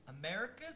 America's